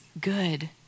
good